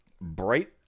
bright